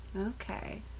Okay